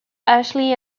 ashley